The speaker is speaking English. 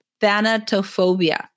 thanatophobia